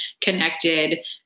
connected